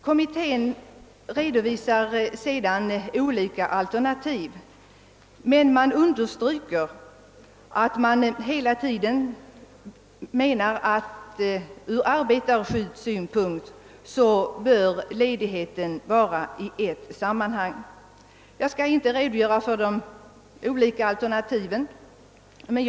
Kommittén redovisar sedan olika alternativ, och understryker att man hela tiden bör ha i minnet att det från såväl den enskildes som samhällets synpunkt är av värde att ledigheten tas ut i ett sammanhang. Arbetarskyddssynpunkten som ligger bakom har inte ändrats i princip.